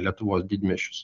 lietuvos didmiesčius